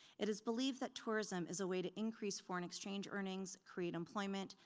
it is believed that tourism is a way to increase foreign exchange earnings, create employment,